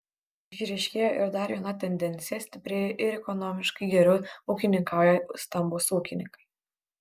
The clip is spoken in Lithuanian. išryškėjo ir dar viena tendencija stiprėja ir ekonomiškai geriau ūkininkauja stambūs ūkininkai